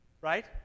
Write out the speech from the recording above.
Right